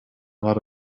lot